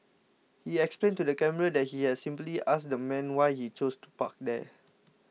he explained to the camera that he had simply asked the man why he chose to park there